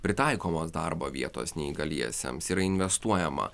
pritaikomos darbo vietos neįgaliesiems yra investuojama